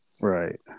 Right